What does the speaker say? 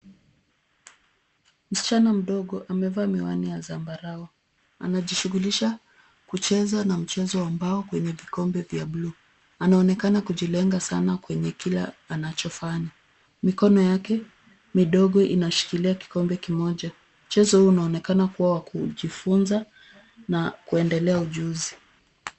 Msichana mdogo amevaa miwani ya zambarau. Anajishughulisha kucheza na mchezo wa mbao kwenye vikombe vya bluu. Anaonekana kujilenga sana kwenye kile anachofanya. Mikono yake midogo inashikilia kikombe kimoja. Mchezo huu unaonekana kuwa wa kujifunza na kuendelea ujuzi.